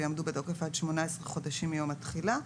ויעמדו בתוקף עד 18 חודשם מיום התחילה.